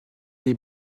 des